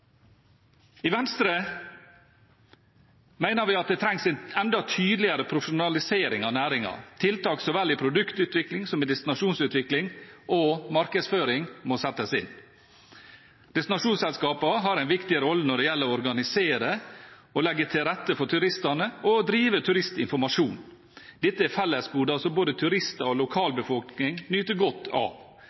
I Venstre mener vi at det trengs en enda tydeligere profesjonalisering av næringen. Tiltak så vel i produktutvikling som i destinasjonsutvikling og markedsføring må settes inn. Destinasjonsselskapene har en viktig rolle når det gjelder å organisere og legge til rette for turistene og å drive turistinformasjon. Dette er fellesgoder som både turister og lokalbefolkning nyter godt av.